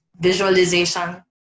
Visualization